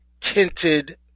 tinted